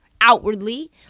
outwardly